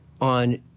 on